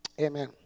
Amen